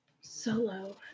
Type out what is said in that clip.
Solo